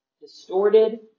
distorted